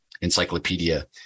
encyclopedia